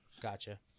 Gotcha